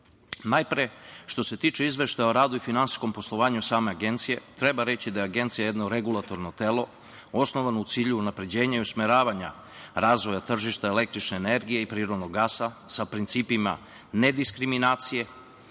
što se tiče Izveštaja o radu i finansijskom poslovanju same Agencije, treba reći da je Agencija jedno regulatorno telo, osnovano u cilju unapređenja i usmeravanja razvoja tržišta električne energije i prirodnog gasa, sa principima nediskriminacije,